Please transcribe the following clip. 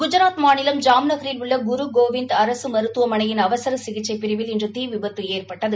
குஜராத் மாநிலம் ஜாம்நகரில் உள்ள குரு கோவிந்த் அரசு மருத்துவமனையின் அவசர பிரிவில் இன்று தீ விபத்து ஏற்பட்டது